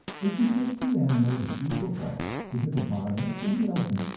if we take two animals of equal bulk, the hippopotamus and the elephant,